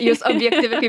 jūs objektyvi kai